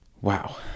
Wow